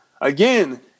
Again